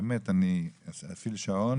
באמת, אני אפעיל שעון